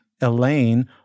Elaine